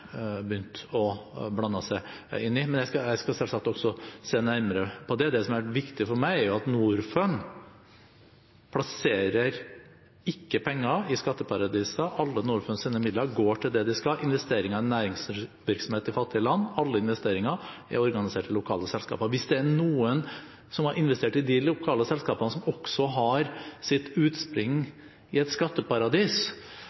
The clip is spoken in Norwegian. å blande seg inn i, men jeg skal selvsagt også se nærmere på det. Det som har vært viktig for meg, er at Norfund ikke plasserer penger i skatteparadis. Alle Norfunds midler går til det de skal: investeringer i næringsvirksomhet i fattige land. Alle investeringer er organisert i lokale selskaper. Hvis det er noen som har investert i de lokale selskapene, som også har sitt